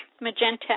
magenta